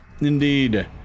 Indeed